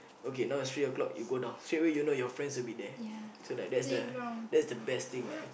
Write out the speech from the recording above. okay now it's three o-clock you go down straightaway you know your friends will be there so like that's the that's the best thing ah